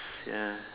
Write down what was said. ya